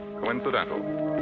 coincidental